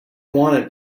wanted